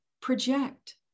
project